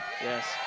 Yes